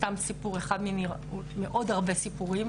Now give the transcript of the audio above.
סתם סיפור אחד מעוד הרבה סיפורים.